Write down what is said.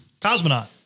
Cosmonaut